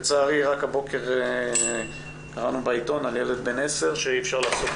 לצערי רק הבוקר קראנו בעיתון על ילד בן 10 שאי אפשר לגבות